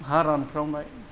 हा रानफ्रावनाय